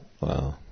Wow